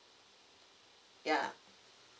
yeah